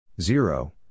zero